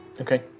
Okay